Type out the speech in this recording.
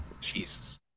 Jesus